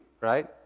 Right